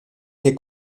que